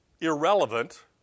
irrelevant